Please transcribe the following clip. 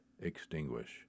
extinguish